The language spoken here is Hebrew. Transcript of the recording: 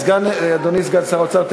אדוני סגן שר האוצר,